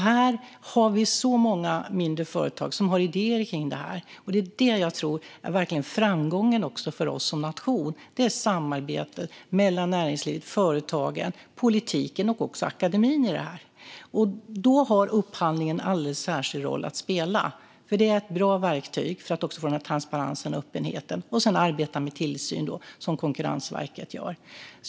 Här har vi så många mindre företag som har idéer kring detta. Det som jag tror verkligen är framgången för oss som nation är samarbete mellan näringslivet, företagen, politiken och också akademin i fråga om detta. Då har upphandlingen en alldeles särskild roll att spela. Den är ett bra verktyg för att få denna transparens och öppenhet. Sedan handlar det också om att arbeta med tillsyn som Konkurrensverket gör.